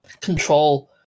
control